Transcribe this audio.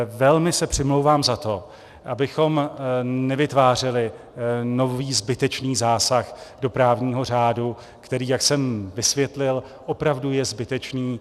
Velmi se přimlouvám za to, abychom nevytvářeli nový zbytečný zásah do právního řádu, který, jak jsem vysvětlil, opravdu je zbytečný.